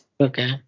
Okay